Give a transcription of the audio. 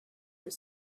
were